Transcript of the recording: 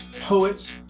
poets